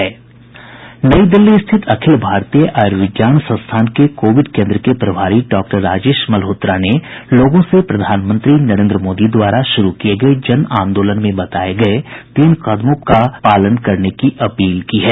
नई दिल्ली स्थित अखिल भारतीय आयूर्विज्ञान संस्थान के कोविड केन्द्र के प्रभारी डॉक्टर राजेश मल्होत्रा ने लोगों से प्रधानमंत्री नरेन्द्र मोदी द्वारा शुरू किए गए जन आंदोलन में बताए गए तीन कदमों का पालन करने की अपील की है